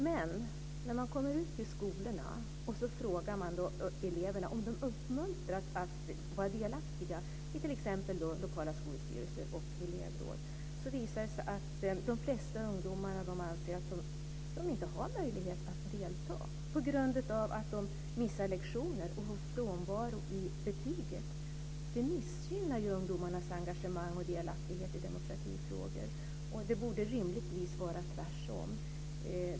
Men när man kommer ut till skolorna och frågar eleverna om de uppmuntras att vara delaktiga i t.ex. lokala skolstyrelser och elevråd visar det sig att de flesta ungdomar anser att de inte har möjlighet att delta på grund av att de missar lektioner och får frånvaro i betyget. Det missgynnar ungdomarnas engagemang och delaktighet i demokratifrågor. Det borde rimligen vara tvärtom.